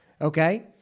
okay